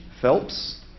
Phelps